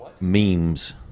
Memes